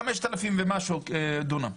חמשת אלפים ומשהו דונם,